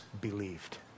believed